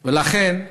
ולכן,